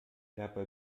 dabei